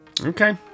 okay